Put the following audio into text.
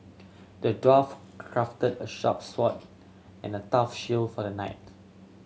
the dwarf crafted a sharp sword and a tough shield for the knight